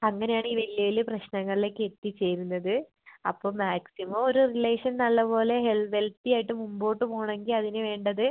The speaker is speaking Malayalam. അങ്ങനെ ആണ് ഈ വലിയ വലിയ പ്രശ്നങ്ങളിലേക്ക് എത്തിച്ചേരുന്നത് അപ്പം മാക്സിമം ഒരു റിലേഷൻ നല്ലപോലെ ഹെൽ വെൽത്തി ആയിട്ട് മുമ്പോട്ട് പോണമെങ്കിൽ അതിനു വേണ്ടത്